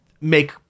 make